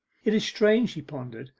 it is strange she pondered,